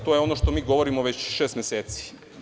To je ono što mi govorimo već šest meseci.